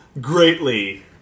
greatly